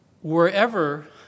wherever